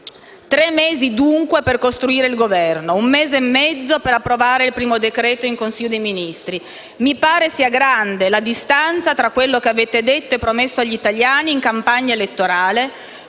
Tre mesi dunque per costruire il Governo, un mese e mezzo per approvare il primo decreto-legge in Consiglio dei ministri. Mi pare sia grande la distanza tra quello che avete detto e promesso agli italiani in campagna elettorale,